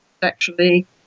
sexually